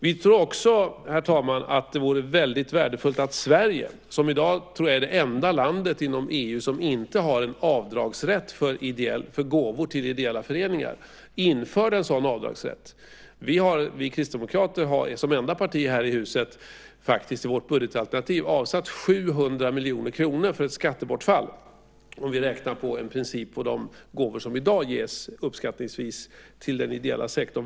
Vi tror också, herr talman, att det vore väldigt värdefullt om Sverige, som jag tror i dag är det enda landet inom EU som inte har avdragsrätt för gåvor till ideella föreningar, införde en sådan här avdragsrätt. Vi kristdemokrater har som enda parti i det här huset i vårt budgetalternativ faktiskt avsatt 700 miljoner kronor för ett skattebortfall - i princip räknat på de gåvor som i dag uppskattningsvis ges till den ideella sektorn.